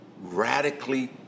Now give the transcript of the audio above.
radically